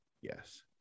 Yes